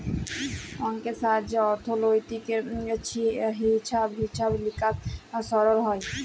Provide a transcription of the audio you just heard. অংকের সাহায্যে অথ্থলৈতিক হিছাব লিকাস সরল হ্যয়